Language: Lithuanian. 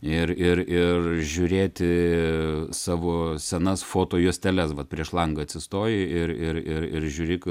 ir ir ir žiūrėti savo senas fotojuosteles vat prieš langą atsistoji ir ir ir ir žiūri